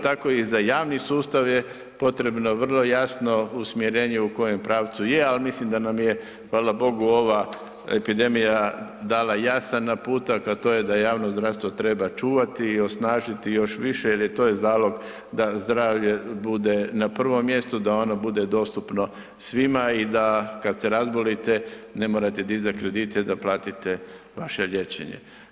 Tako i za javni sustav je potrebno vrlo jasno usmjerenje u kojem pravcu je, al mislim da nam je, hvala Bogu, ova epidemija dala jasan naputak, a to je da javno zdravstvo treba čuvati i osnažiti još više jel je, to je zalog da zdravlje bude na prvom mjestu, da ono bude dostupno svima i da kad se razbolite ne morate dizat kredite da platite vaše liječenje.